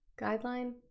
guideline